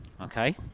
Okay